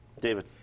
David